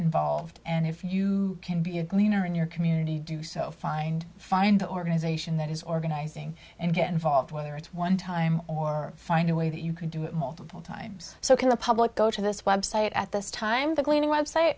involved and if you can be a gleaner in your community do so find find the organization that is organizing and get involved whether it's one time or find a way that you can do it multiple times so can the public go to this website at this time the cleaning website